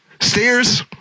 Stairs